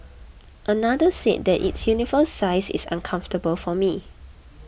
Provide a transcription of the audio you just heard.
another said that its universal size is uncomfortable for me